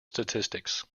statistics